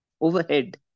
overhead